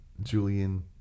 Julian